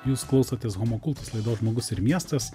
jūs klausotės homo kultus laidos žmogus ir miestas